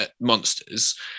monsters